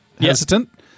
hesitant